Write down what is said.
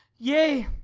yea,